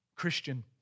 Christian